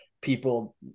people